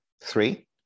Three